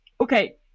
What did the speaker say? okay